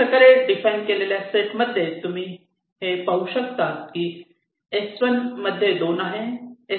अशाप्रकारे डिफाइन केलेल्या उदाहरण सेट मध्ये हे तुम्ही ही पाहू शकतात की S1 मध्ये 2 आहे